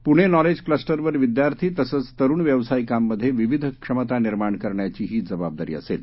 Pune knowledge क्लस्टरवर विद्यार्थी तसचं तरुण व्यवसायिकांमध्ये विविध क्षमता निर्माण करण्याचीही जबाबदारी असेल